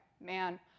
Man